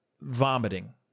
vomiting